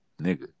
nigga